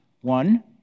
one